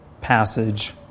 passage